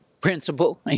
principle